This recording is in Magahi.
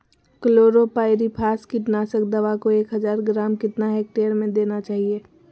क्लोरोपाइरीफास कीटनाशक दवा को एक हज़ार ग्राम कितना हेक्टेयर में देना चाहिए?